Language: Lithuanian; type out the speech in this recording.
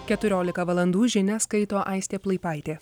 keturiolika valandų žinias skaito aistė plaipaitė